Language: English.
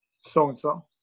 so-and-so